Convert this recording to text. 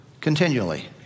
Continually